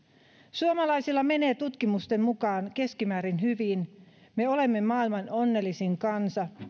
suomalaisilla menee tutkimusten mukaan keskimäärin hyvin me olemme maailman onnellisin kansa